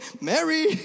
Mary